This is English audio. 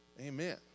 Amen